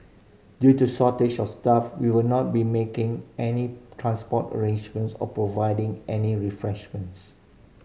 due to shortage of staff we will not be making any transport arrangements or providing any refreshments